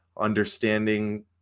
understanding